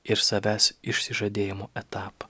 ir savęs išsižadėjimo etapą